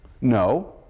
no